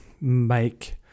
make